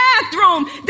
bathroom